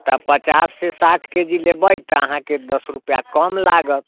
तऽ पचाससँ साठि के जी लेबै तऽ अहाँके दस रुपिआ कम लागत